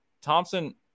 Thompson